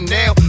now